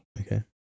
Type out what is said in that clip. Okay